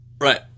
right